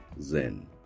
Zen